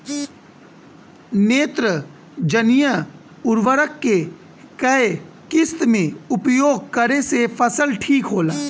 नेत्रजनीय उर्वरक के केय किस्त मे उपयोग करे से फसल ठीक होला?